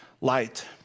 Light